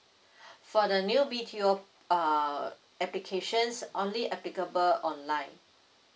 for the new B_T_O err applications only applicable online